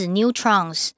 Neutrons